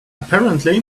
apparently